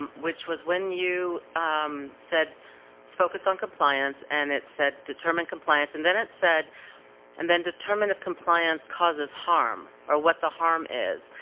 which was when you um said focus on compliance, and it said determine compliance, and then it said and determine if compliance causes harm, or what the harm is.